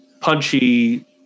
punchy